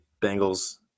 Bengals